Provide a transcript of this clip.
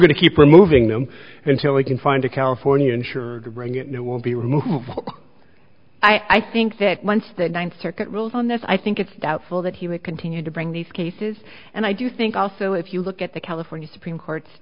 to keep removing them until we can find a california insured to bring it will be removed i think that once the ninth circuit rules on this i think it's doubtful that he would continue to bring these cases and i do think also if you look at the california supreme court